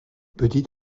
petit